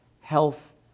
Health